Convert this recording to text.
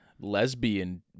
lesbian